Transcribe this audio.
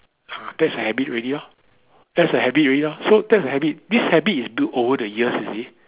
ah that's a habit already lor that's a habit already lor so that's a habit this habit is built over the years you see